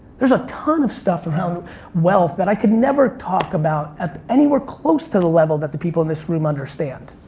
there's a ton of stuff around wealth that i can never talk about at anywhere close to the level that the people in this room understand.